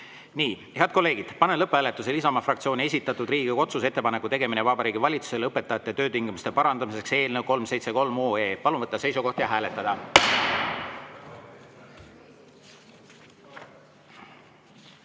näha. Head kolleegid, panen lõpphääletusele Isamaa fraktsiooni esitatud Riigikogu otsuse "Ettepaneku tegemine Vabariigi Valitsusele õpetajate töötingimuste parandamiseks" eelnõu 373. Palun võtta seisukoht ja hääletada!